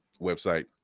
website